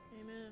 Amen